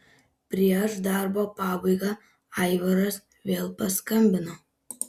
prieš darbo pabaigą aivaras vėl paskambino